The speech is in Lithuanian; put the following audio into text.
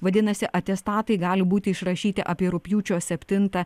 vadinasi atestatai gali būti išrašyti apie rugpjūčio septintą